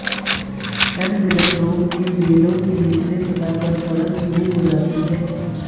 तनगलन रोग में बेलों के निचले सतह पर सड़न शुरू हो जाती है